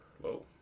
Whoa